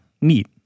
Neat